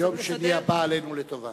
ביום שני הבא עלינו לטובה.